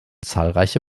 zahlreiche